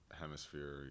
hemisphere